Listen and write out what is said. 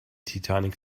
titanic